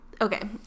okay